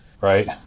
right